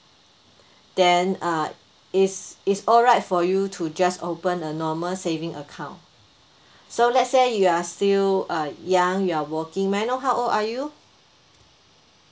then uh it's it's alright for you to just open a normal saving account so let's say you are still uh young you are working may I know how old are you